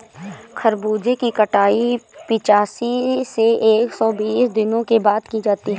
खरबूजे की कटाई पिचासी से एक सो बीस दिनों के बाद की जाती है